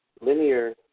linear